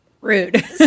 rude